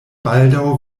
baldaŭ